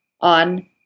on